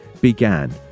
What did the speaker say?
began